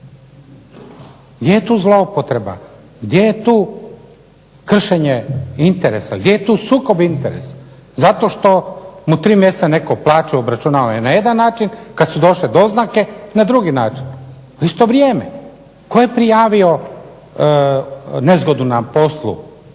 Gdje je tu zloupotreba? Gdje je tu kršenje interesa? Gdje je tu sukob interesa? Zato što mu 3 mjeseca netko plaću obračunava na jedan način, kad su došle doznake na drugi način. Tko je prijavio nezgodu na poslu?